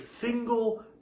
single